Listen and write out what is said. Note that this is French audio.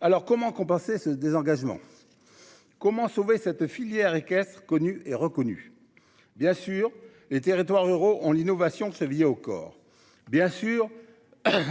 Alors comment compenser ce désengagement. Comment sauver cette filière équestre connu et reconnu. Bien sûr, les territoires ruraux, on l'innovation c'est lié au corps, bien sûr.